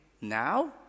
now